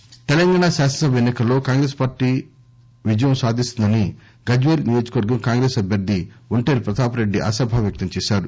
ఒంటేరు తెలంగాణ శాసనసభ ఎన్నికల్లో కాంగ్రెస్ పార్టీ విజయం సాధిస్తుందని గజ్వేల్ నియోజకవర్గం కాంగ్రెస్ అభ్యర్థి ఒంటేరు ప్రతాపరెడ్డి ఆశాభావం వ్యక్తం చేశారు